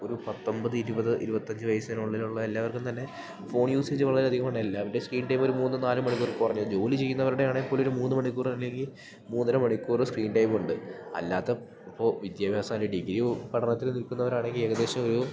ഒരു പത്തൊമ്പത് ഇരുവത് ഇരുവത്തഞ്ച് വയസ്സിനുള്ളിലൊള്ള എല്ലാവർക്കും തന്നെ ഫോൺ യൂസേജ് വളരെയധികമാണ് എല്ലാവരുടെയും സ്ക്രീൻ ടൈം ഒരു മൂന്ന് നാല് മണിക്കൂർ കൊറഞ്ഞ ജോലി ചെയ്യുന്നവർടെയാണെ പോലും ഒരു മൂന്ന് മണിക്കൂറ് അല്ലെങ്കി മൂന്നര മണിക്കൂറ് സ്ക്രീൻ ടൈമൊണ്ട് അല്ലാത്ത ഇപ്പോ വിദ്യാഭ്യാസല്ല ഡിഗ്രി പഠനത്തിൽ നിൽക്കുന്നവരാണെങ്കി ഏകദേശം ഒരു